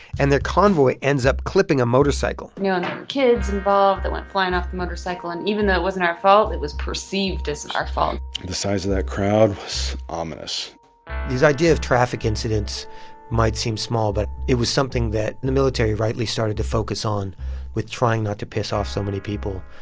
and their convoy ends up clipping a motorcycle you know, and kids involved. they went flying off the motorcycle. and even though it wasn't our fault, it was perceived as our fault the size of that crowd was ominous this idea of traffic incidents might seem small, but it was something that the military rightly started to focus on with trying not to piss off so many people.